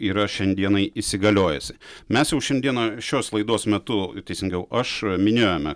yra šiandienai įsigaliojusi mes jau šiandieną šios laidos metu teisingiau aš minėjome